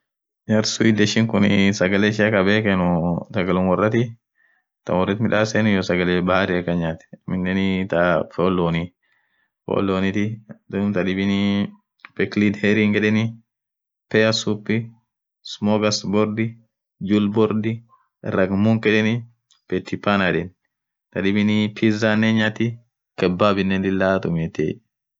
Jarr sudeshi khun sagale ishia kabhekenu sagalum worathi thaa worithi midhaseni iyo sagale bahari akhan nyati aminen thaa fonn Lonni fonn lonniti dhub tha dhibinni speketing hering yedheni stairs hoop smokers mobbi billboard rakmukh yedeni the chipana khadhibi pizzanen hinyathi tobbab lila tumeti